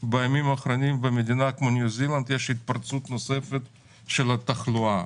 בימים האחרונים במדינה כמו ניו זילנד יש התפרצות נוספת של התחלואה.